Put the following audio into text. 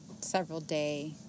several-day